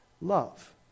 love